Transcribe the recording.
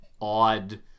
odd